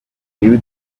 knew